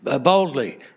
boldly